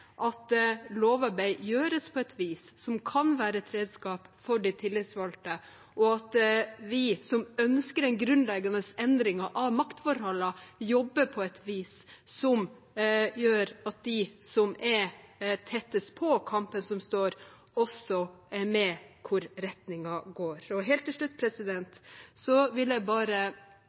at lovarbeid gjøres på et vis som gjør at det kan være et redskap for de tillitsvalgte, og at vi som ønsker den grunnleggende endringen av maktforholdene, jobber på et vis som gjør at de som er tettest på kampen som pågår, også er med når det gjelder hvor retningen går. Helt til slutt vil jeg bare